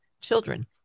children